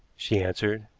she answered.